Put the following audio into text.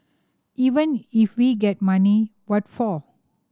even if we get money what for